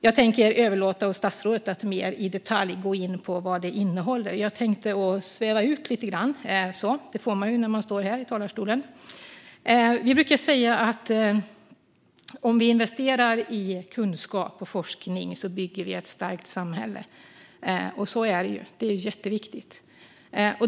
Jag tänker överlåta åt statsrådet att mer i detalj gå in på vad propositionen innehåller. Jag tänker nu sväva ut lite grann - det får man ju när man står här i talarstolen. Vi brukar säga att om vi investerar i kunskap och forskning bygger vi ett starkt samhälle, och så är det ju. Det är jätteviktigt.